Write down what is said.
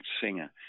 singer